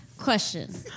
question